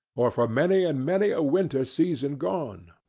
or for many and many a winter season gone.